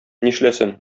нишләсен